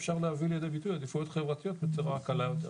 אפשר להביא לידי ביטוי עדיפויות חברתיות בצורה קלה יותר.